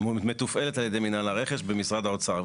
שמתופעלת על ידי מינהל הרכש במשרד האוצר.